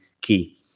key